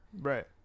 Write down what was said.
Right